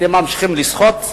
אתם ממשיכים לסחוט.